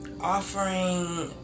offering